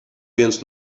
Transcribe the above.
viens